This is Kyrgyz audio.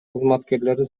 кызматкерлери